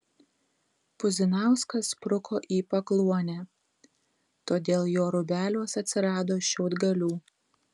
puzinauskas spruko į pakluonę todėl jo rūbeliuos atsirado šiaudgalių